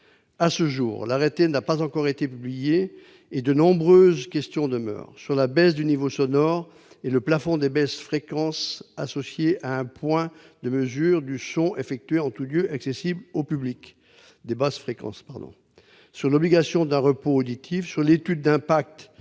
À ce jour, l'arrêté n'a pas encore été publié et de nombreuses questions demeurent sur la baisse du niveau sonore et le plafond des basses fréquences associé à un point de mesure du son effectué en tout lieu accessible au public, sur l'obligation d'un repos auditif, sur l'étude d'impact